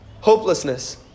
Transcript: Hopelessness